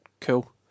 cool